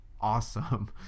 awesome